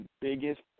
biggest